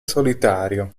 solitario